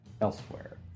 elsewhere